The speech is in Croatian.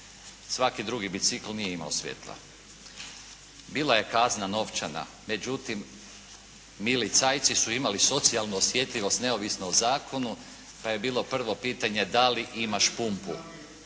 Svaki drugi bicikl nije imao svjetla. Bila je kazna novčana, međutim milicajci su imali socijalnu osjetljivost neovisno o zakonu, pa je bilo prvo pitanje da li imaš pumpu?